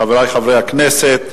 חברי חברי הכנסת,